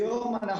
היום אנחנו